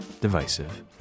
divisive